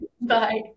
Bye